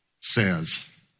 says